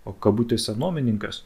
o kabutėse nuomininkas